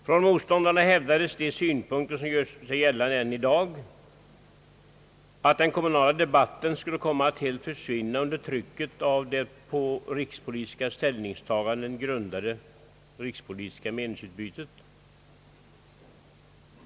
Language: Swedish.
Från motståndarna hävdades de synpunkter som gör sig gällande än i dag, nämligen att den kommunala debatten skulle komma att helt försvinna under trycket av det på rikspolitiska ställningstaganden grundade rikspolitiska meningsutbytet.